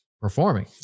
performing